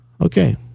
Okay